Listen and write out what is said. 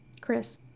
Chris